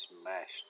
smashed